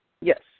Yes